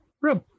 room